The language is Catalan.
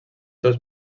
seus